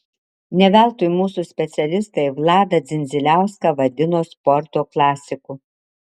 ne veltui mūsų specialistai vladą dzindziliauską vadino sporto klasiku